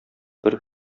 бер